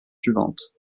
suivantes